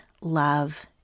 love